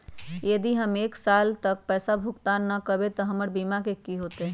यदि हम एक साल तक पैसा भुगतान न कवै त हमर बीमा के की होतै?